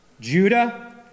Judah